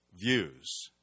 views